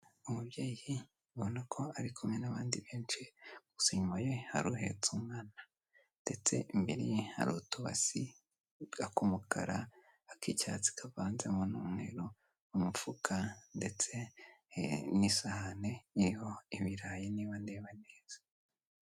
Umubyeyi ubona ko ari kumwe n'abandi benshi, gusa inyuma ye hari uhetse umwana, ndetse imbere ye hari utubasi, ak'umukara, ak'icyatsi kavanzemo n'umweru, umufuka ndetse n'isahani iriho ibirayi niba ndeba neza.